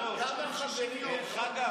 דרך אגב,